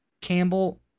campbell